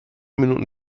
minuten